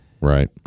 Right